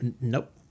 nope